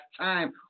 time